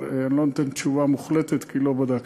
אבל אני לא נותן תשובה מוחלטת כי לא בדקתי.